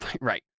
Right